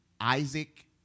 Isaac